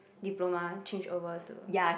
diploma change over to